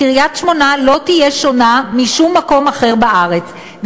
קריית-שמונה לא תהיה שונה משום מקום אחר בארץ,